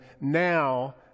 now